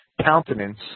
countenance